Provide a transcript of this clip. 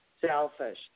selfish